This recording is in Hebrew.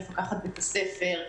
מפקחת בית הספר,